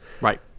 Right